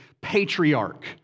patriarch